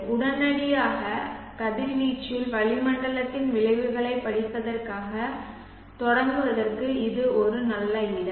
உடனடி கதிர்வீச்சில் வளிமண்டலத்தின் விளைவுகளைப் படிப்பதற்காக தொடங்குவதற்கு இது ஒரு நல்ல இடம்